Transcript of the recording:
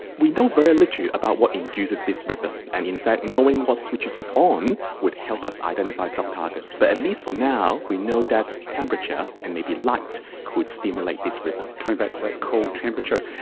we know very little about what induces this rhythm, and in fact knowing what switches it on would help us identify drug targets, but at least for now we know that temperature and maybe light could stimulate this rhythm. coming back to that cold temperature.